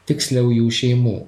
tiksliau jų šeimų